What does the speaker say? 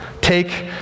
Take